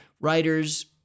writers